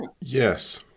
Yes